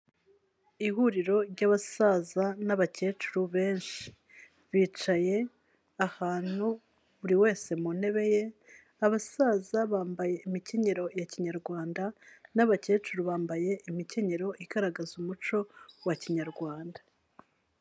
Ihuriro ry'abasaza n'abacyecuru benshi bicaye ahantu buri wese mu ntebe ye abasaza bambaye imicyenyero ya kinyarwanda n'abacyecuru bambaye imicyenyero igaragaza umuco wa kinyarwanda.